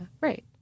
Right